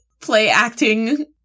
play-acting